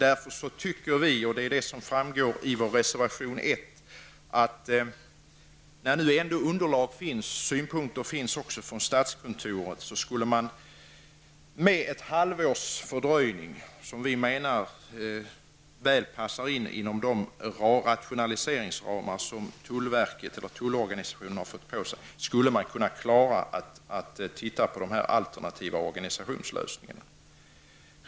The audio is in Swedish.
Därför tycker vi att, vilket framgår av reservation nr 1, när man har underlag och synpunkter från statskontoret, skulle man med ett halvårs fördröjning -- som vi menar väl passar in i tullorganisationens rationaliseringsramar -- kunna klara att titta på de alternativa organisationslösningarna.